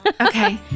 Okay